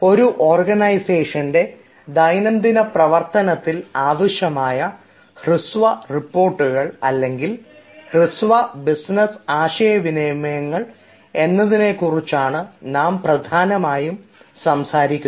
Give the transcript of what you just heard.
ഒരു ഓർഗനൈസേഷൻറെ ദൈനംദിന പ്രവർത്തനത്തിൽ ആവശ്യമായ ഹൃസ്വ റിപ്പോർട്ടുകൾ അല്ലെങ്കിൽ ഹൃസ്വ ബിസിനസ് ആശയവിനിമയങ്ങൾ എന്നതിനെക്കുറിച്ചാണ് നാമിന്ന് പ്രധാനമായും സംസാരിക്കുന്നത്